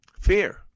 Fear